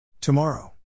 Tomorrow